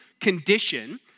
condition